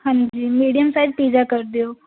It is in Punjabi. ਹਾਂਜੀ ਮੀਡੀਅਮ ਸਾਈਜ਼ ਪੀਜ਼ਾ ਕਰ ਦਿਉ